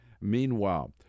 Meanwhile